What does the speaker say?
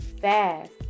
fast